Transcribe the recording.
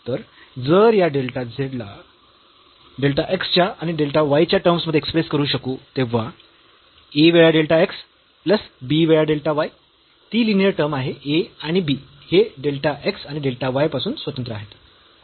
तर जर या डेल्टा z ला डेल्टा x च्या आणि डेल्टा y च्या टर्म्स मध्ये एक्सप्रेस करू शकू तेव्हा a वेळा डेल्टा x प्लस b वेळा डेल्टा y ती लिनीअर टर्म आहे a आणि b हे डेल्टा x आणि डेल्टा y पासून स्वतंत्र आहेत